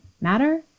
matter